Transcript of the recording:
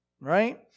Right